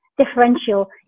Differential